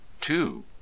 Two